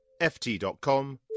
ft.com